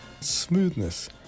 smoothness